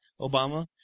Obama